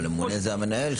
הממונה זה המנהל,